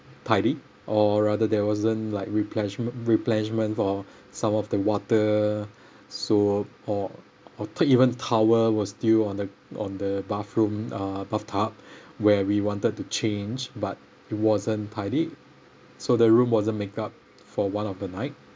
tidy or rather there wasn't like replenishment replenishment for some of the water so or the even towel was still on the on the bathroom uh bathtub where we wanted to change but it wasn't tidied so the room wasn't make up for one of the night